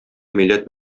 милләт